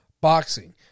boxing